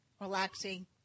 relaxing